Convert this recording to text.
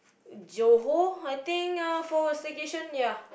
Johor I think uh for a staycation ya